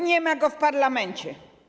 Nie ma go w parlamencie.